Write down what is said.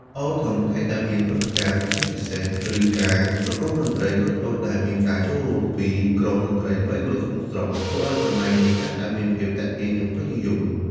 អូ ថឹម តែងតែមានព្រឹត្តិការណ៍ពិសេសៗ ឬការប្រគំតន្ត្រីតូចៗ ដែលមានការចូលរួមពីក្រុមតន្ត្រីល្បីៗក្នុងស្រុក ធ្វើឱ្យកន្លែងនេះកាន់តែមានភាពទាក់ទាញ និងពេញនិយម។